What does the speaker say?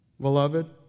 Beloved